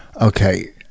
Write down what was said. Okay